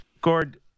Gord